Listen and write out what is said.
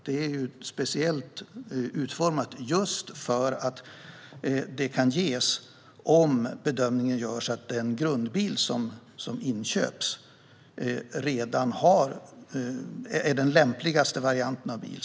Det är speciellt utformat just för att det ska kunna ges om man gör bedömningen att den grundbil som inköps är den lämpligaste varianten av bil.